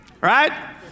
Right